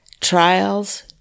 Trials